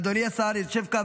אדוני השר יושב כאן,